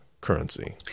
currency